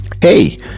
hey